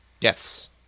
yes